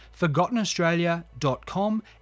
ForgottenAustralia.com